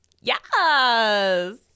yes